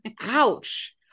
Ouch